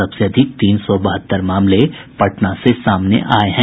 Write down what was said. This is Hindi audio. सबसे अधिक तीन सौ बहत्तर मामले पटना से सामने आये हैं